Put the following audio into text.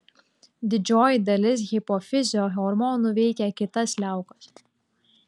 didžioji dalis hipofizio hormonų veikia kitas liaukas